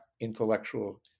intellectual